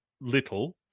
little